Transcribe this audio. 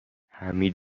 حمید